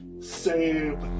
save